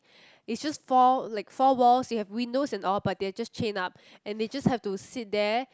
is just four like four walls you have windows and all but they're just chained up and they just have to sit there